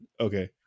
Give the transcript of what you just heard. Okay